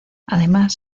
además